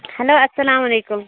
hello اَلسَلامُ علیکُم